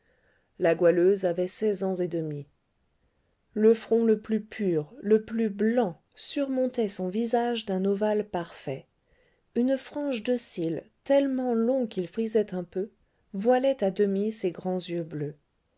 la goualeuse avait seize ans et demi le front le plus pur le plus blanc surmontait son visage d'un ovale parfait une frange de cils tellement longs qu'ils frisaient un peu voilait à demi ses grands yeux bleus